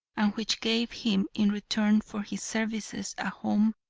which gave him in return for his services a home,